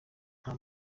nta